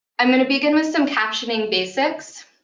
i'm going to begin with some captioning basics,